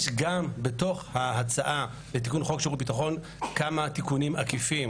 יש גם בתוך ההצעה לתיקון חוק שירות ביטחון כמה תיקונים עקיפים